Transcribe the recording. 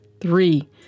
Three